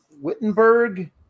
Wittenberg